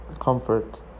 comfort